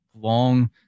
long